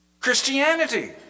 Christianity